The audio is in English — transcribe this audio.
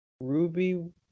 Ruby